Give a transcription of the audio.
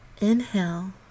Inhale